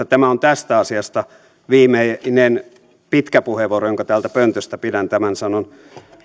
tämä on tästä asiasta viimeinen pitkä puheenvuoro jonka täältä pöntöstä pidän tämän sanon